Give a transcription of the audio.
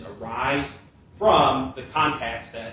arise from the contact that